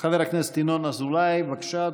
חבר הכנסת ינון אזולאי, בבקשה,